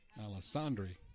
Alessandri